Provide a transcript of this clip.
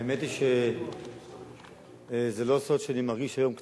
האמת היא שזה לא סוד שאני מרגיש היום קצת,